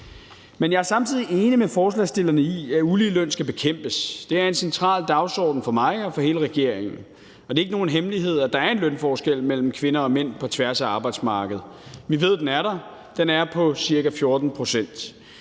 Men jeg er samtidig enig med forslagsstillerne i, at ulige løn skal bekæmpes. Det er en central dagsorden for mig og for hele regeringen, og det er ikke nogen hemmelighed, at der er en lønforskel mellem kvinder og mænd på tværs af arbejdsmarkedet. Vi ved, at den er der – den er på ca. 14 pct.